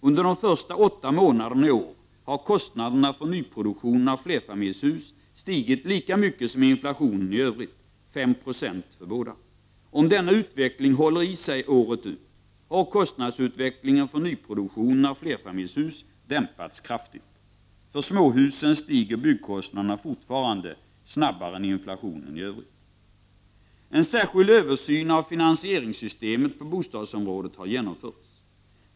Under de första åtta månaderna i år har kostnaderna för nyproduktionen av flerfamiljshus stigit lika mycket som inflationen i övrigt, dvs. med 5 70. Om denna utveckling håller i sig året ut har kostnadsutvecklingen för nyproduktionen av flerfamiljshus dämpats kraftig. För småhusen stiger byggkostnaderna fortfarande snabbare än inflationen i övrigt. En särskild översyn av finansieringssystemet på bostadsområdet har genomförts.